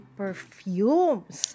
perfumes